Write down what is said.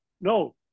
No